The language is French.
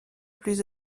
plus